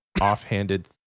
offhanded